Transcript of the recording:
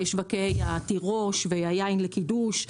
בשווקי התירוש והיין לקידוש,